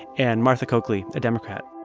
and martha coakley, a democrat.